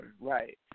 Right